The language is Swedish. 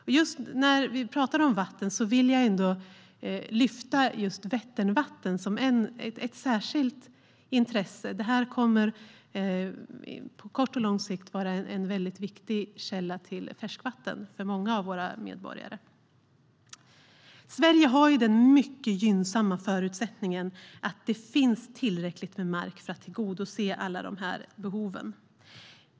När vi ändå pratar om vatten vill jag lyfta fram vattnet i Vättern. Det har ett särskilt intresse. På kort och lång sikt kommer det att vara en väldigt viktig källa till färskvatten för många medborgare. Sverige har den mycket gynnsamma förutsättningen att det finns tillräckligt med mark för att man ska kunna tillgodose alla dessa behov.